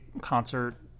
concert